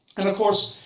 and, of course,